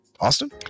Austin